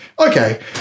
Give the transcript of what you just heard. Okay